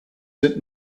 sind